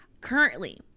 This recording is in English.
currently